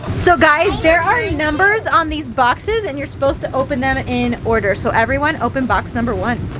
so guys, there are numbers on these boxes and you're supposed to open them in order. so everyone open box number one.